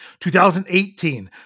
2018